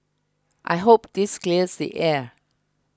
I hope this clears the air